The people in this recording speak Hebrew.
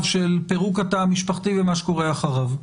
של פירוק התא המשפחתי ומה שקורה אחריו.